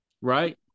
right